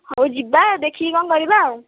ହଉ ଯିବା ଦେଖିକି କ'ଣ କରିବା ଆଉ